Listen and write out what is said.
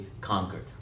conquered